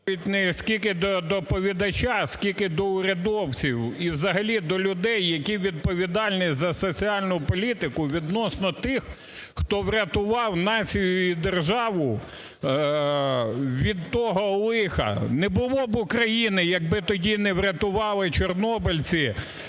стільки до доповідача, а скільки до урядовців, і взагалі до людей, які відповідальні за соціальну політику відносно тих, хто врятував націю і державу від того лиха. Не було б України, якби тоді не врятували чорнобильці